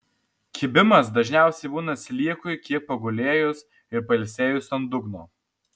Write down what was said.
kibimas dažniausiai būna sliekui kiek pagulėjus ir pailsėjus ant dugno